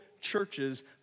churches